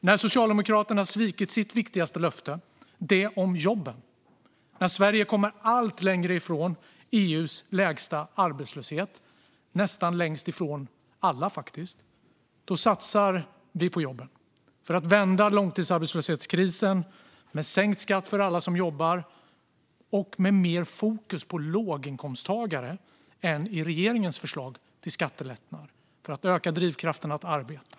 När Socialdemokraterna har svikit sitt viktigaste löfte - det om jobben - och när Sverige kommer allt längre ifrån EU:s lägsta arbetslöshet - faktiskt nästan längst av alla - satsar vi på jobben för att vända långtidsarbetslöshetskrisen med sänkt skatt för alla som jobbar och med mer fokus på låginkomsttagare än i regeringens förslag till skattelättnad för att öka drivkraften att arbeta.